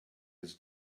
his